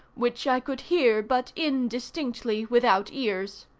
which i could hear but indistinctly without ears.